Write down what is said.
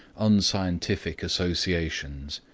unscientific associations.